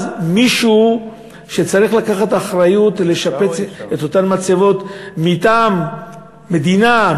מישהו צריך לקחת אחריות לשפץ את אותן מצבות מטעם המדינה,